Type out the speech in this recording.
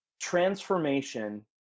transformation